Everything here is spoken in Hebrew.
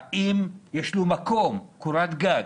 האם יש לו מקום, קורת גג?